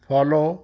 follow